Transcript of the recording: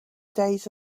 days